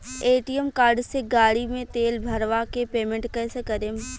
ATM card से गाड़ी मे तेल भरवा के पेमेंट कैसे करेम?